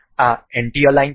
આ anti align છે